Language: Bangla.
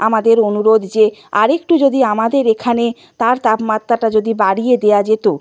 আমাদের অনুরোধ যে আর একটু যদি আমাদের এখানে তার তাপমাত্রাটা যদি বাড়িয়ে দেওয়া যেত